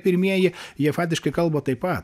pirmieji jie fatiškai kalba taip pa